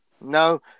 No